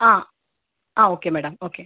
ആ ആ okay madam okay